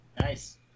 Nice